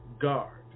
Guard